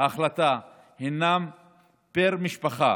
ההחלטה הם פר משפחה,